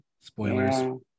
Spoilers